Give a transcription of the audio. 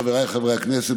חבריי חברי הכנסת,